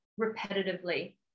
repetitively